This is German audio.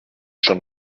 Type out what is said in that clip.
schon